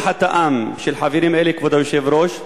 כל חטאם של חברים אלה, כבוד היושב-ראש,